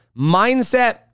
mindset